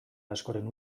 askoren